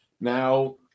Now